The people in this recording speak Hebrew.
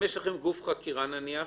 לכם יש גוף חקירה נניח,